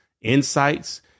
insights